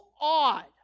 odd